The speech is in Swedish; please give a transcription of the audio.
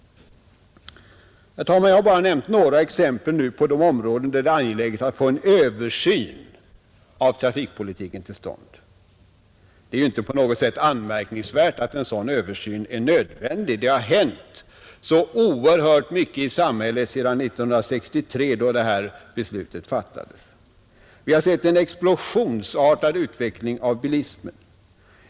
Herr talman! Jag har bara nämnt några exempel på områden där det är angeläget att få en översyn av trafikpolitiken till stånd. Det är ju inte på något sätt anmärkningsvärt att en sådan översyn är nödvändig. Det har hänt så oerhört mycket i samhället sedan år 1963, då det här beslutet fattades, Vi har sett en explosionsartad utveckling av bilismen.